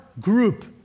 group